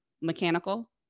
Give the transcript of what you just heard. Mechanical